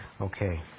Okay